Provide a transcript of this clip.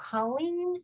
Colleen